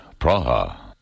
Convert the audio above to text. Praha